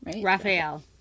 Raphael